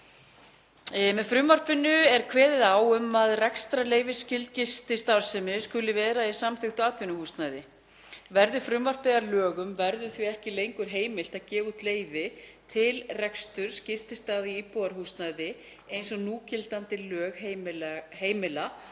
Með frumvarpinu er kveðið á um að rekstrarleyfisskyld gististarfsemi skuli vera í samþykktu atvinnuhúsnæði. Verði frumvarpið að lögum verður því ekki lengur heimilt að gefa út leyfi til reksturs gististaða í íbúðarhúsnæði eins og núgildandi lög heimila